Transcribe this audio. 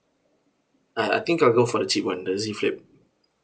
uh I think I'll go for the cheap one the Z flip